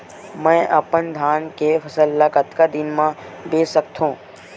मैं अपन धान के फसल ल कतका दिन म बेच सकथो?